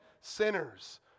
sinners